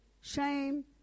shame